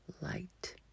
light